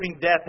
death